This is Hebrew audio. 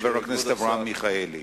חבר הכנסת אברהם מיכאלי.